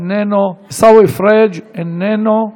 אינו נוכח.